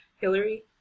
Hillary